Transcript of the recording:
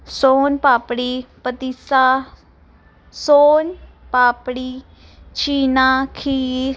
ਸੋਨ ਪਾਪੜੀ ਪਤੀਸਾ ਸੋਨ ਪਾਪੜੀ ਛੀਨਾ ਖੀਰ